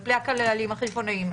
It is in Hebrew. על פי הכללים החשבונאיים,